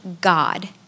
God